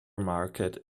market